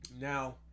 Now